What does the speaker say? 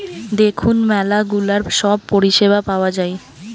দেখুন ম্যালা গুলা সব পরিষেবা পাওয়া যায়